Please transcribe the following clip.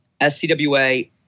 SCWA